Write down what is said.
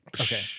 Okay